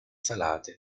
salate